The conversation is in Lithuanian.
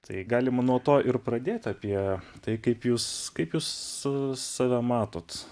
tai galima nuo to ir pradėt apie tai kaip jūs kaip jūs s save matot